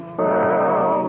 fell